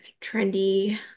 trendy